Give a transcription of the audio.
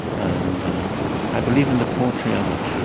and i believe in the poetry of it. yeah and